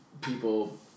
people